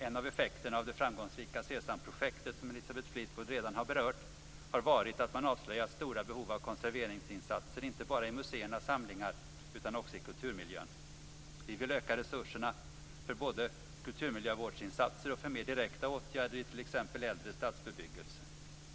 En av effekterna av det framgångsrika SESAM-projektet, som Elisabeth Fleetwood redan har berört, har varit att man avslöjat stora behov av konserveringsinsatser, inte bara i museernas samlingar utan också i kulturmiljön. Vi vill öka resurserna för både kulturmiljövårdsinsatser och för mer direkta åtgärder i t.ex. äldre stadsbebebyggelse.